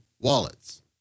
wallets